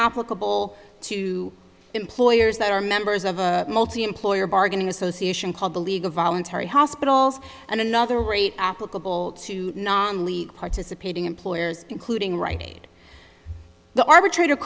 applicable to employers that are members of a multi employer bargaining association called the league of voluntary hospitals and another rate applicable to non league participating employers including right the arbitrator